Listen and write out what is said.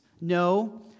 No